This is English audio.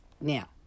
now